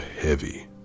heavy